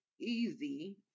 Easy